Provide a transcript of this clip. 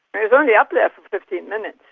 he was only up there for fifteen minutes.